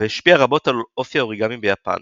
והשפיעה רבות על אופי האוריגמי ביפן.